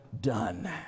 done